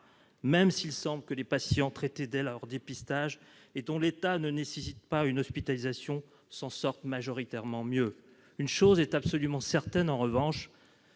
même s'il semble que les patients traités dès leur dépistage et dont l'état ne nécessite pas une hospitalisation s'en sortent majoritairement mieux. Une chose est absolument certaine, en revanche